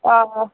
آ